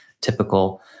typical